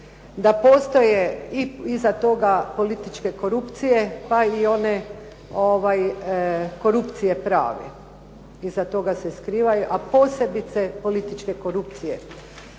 da postoje iza toga političke korupcije pa i one korupcije prave iza toga se skrivaju a posebice političke korupcije.